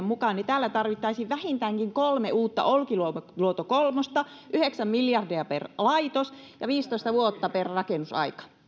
mukaan täällä tarvittaisiin vähintäänkin kolme uutta olkiluoto kolmea yhdeksän miljardia per laitos ja viisitoista vuotta rakennusaika